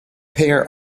pair